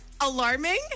alarming